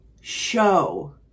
show